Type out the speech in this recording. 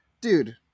dude